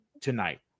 tonight